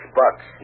bucks